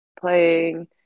playing